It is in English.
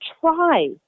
Try